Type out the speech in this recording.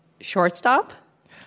Shortstop